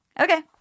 Okay